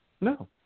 No